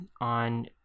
on